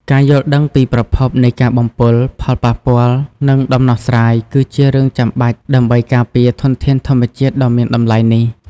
ការយល់ដឹងពីប្រភពនៃការបំពុល ផលប៉ះពាល់ និងដំណោះស្រាយ គឺជារឿងចាំបាច់ដើម្បីការពារធនធានធម្មជាតិដ៏មានតម្លៃនេះ។